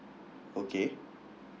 okay